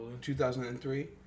2003